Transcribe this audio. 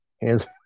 hands